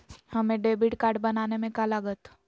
हमें debit card बनाने में का लागत?